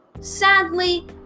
Sadly